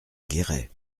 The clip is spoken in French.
guéret